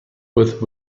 with